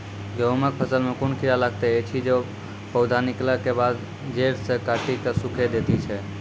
गेहूँमक फसल मे कून कीड़ा लागतै ऐछि जे पौधा निकलै केबाद जैर सऽ काटि कऽ सूखे दैति छै?